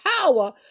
power